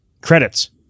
credits